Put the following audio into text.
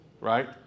right